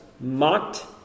mocked